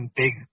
big